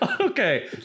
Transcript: okay